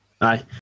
Aye